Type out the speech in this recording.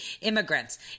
immigrants